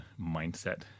mindset